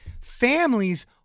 Families